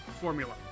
formula